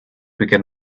begin